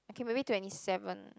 okay maybe twenty seven